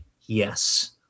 yes